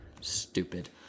stupid